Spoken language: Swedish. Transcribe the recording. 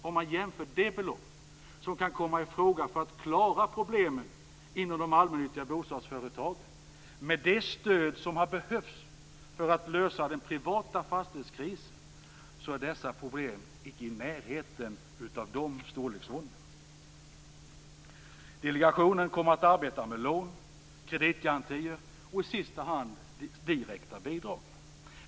Om man jämför de belopp som kan komma i fråga för att klara problemen inom de allmännyttiga bostadsföretagen med det stöd som har behövts för att lösa den privata fastighetskrisen är dessa belopp icke i närheten. Delegationen kommer att arbeta med lån, kreditgarantier och i sista hand direkta bidrag.